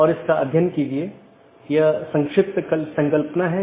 जबकि जो स्थानीय ट्रैफिक नहीं है पारगमन ट्रैफिक है